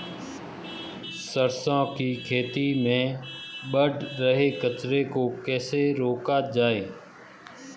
सरसों की खेती में बढ़ रहे कचरे को कैसे रोका जाए?